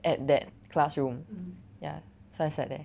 at that classroom ya so I sat there